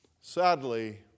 Sadly